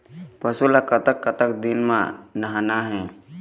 पशु ला कतक कतक दिन म नहाना हे?